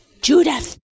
Judith